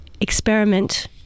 experiment